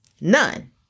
None